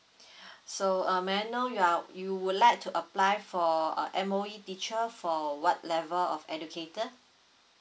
so uh may I know you are you would like to apply for ah M_O_E teacher for what level of educator